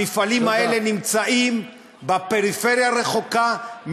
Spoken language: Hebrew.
המפעלים האלה נמצאים בפריפריה הרחוקה,